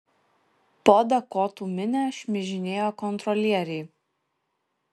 po dakotų minią šmižinėjo kontrolieriai